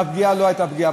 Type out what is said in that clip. והפגיעה לא הייתה פגיעה,